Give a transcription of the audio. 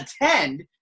attend